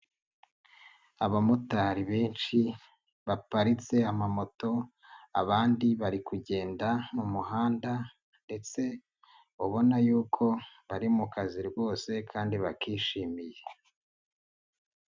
Abamotari benshi baparitse amamoto, abandi bari kugenda mu muhanda ndetse ubona yuko bari mu kazi rwose kandi bakishimiye.